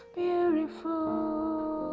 beautiful